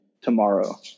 tomorrow